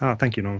um thank you know